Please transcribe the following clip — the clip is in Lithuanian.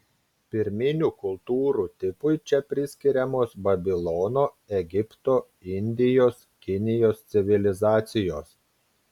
pirminių kultūrų tipui čia priskiriamos babilono egipto indijos kinijos civilizacijos